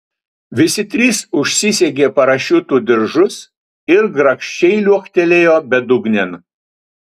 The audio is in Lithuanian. visi trys užsisegė parašiutų diržus ir grakščiai liuoktelėjo bedugnėn